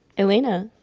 elena